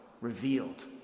revealed